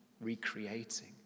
recreating